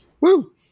Woo